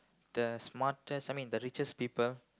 the smartest I mean the richest people